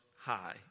High